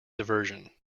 diversion